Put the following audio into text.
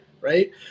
right